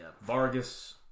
Vargas